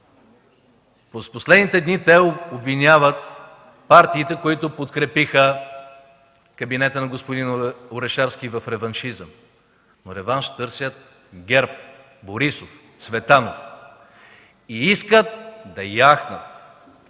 последните дни те обвиняват партиите, които подкрепиха кабинета на господин Орешарски в реваншизъм. Но реванш търсят ГЕРБ, Борисов, Цветанов и искат да яхнат